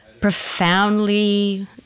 profoundly